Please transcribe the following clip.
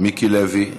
מיקי לוי,